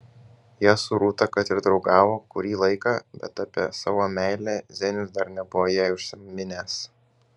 jie su rūta kad ir draugavo kurį laiką bet apie savo meilę zenius dar nebuvo jai užsiminęs